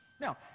Now